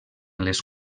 les